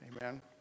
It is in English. Amen